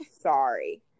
Sorry